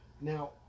now